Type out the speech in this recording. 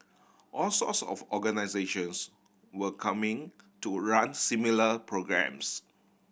all sorts of organisations were coming to run similar programmes